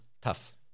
Tough